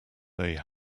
they